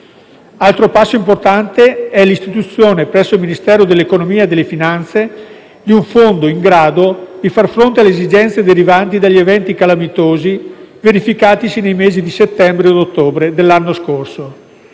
Altro passo importante è l'istituzione presso il Ministero dell'economia e delle finanze di un fondo in grado di far fronte alle esigenze derivanti dagli eventi calamitosi verificatisi nei mesi di settembre ed ottobre dell'anno scorso.